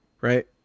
right